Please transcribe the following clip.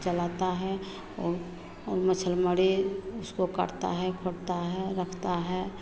चलाता है और और मछली मरे उसको काटता है खोटता है रखता है